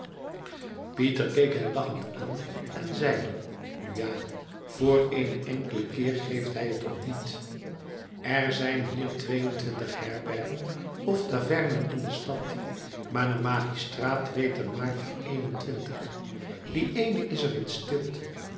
pieter keek hen lachend aan en zeide nu ja voor eenen enkelen keer geeft hij het om niet er zijn hier tweeëntwintig herbergen of taveernen in de stad maar de magistraat weet er maar van eenentwintig die eene is er in stilte